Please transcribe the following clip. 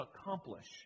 accomplish